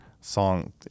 song